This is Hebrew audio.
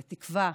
לתקווה,